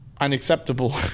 unacceptable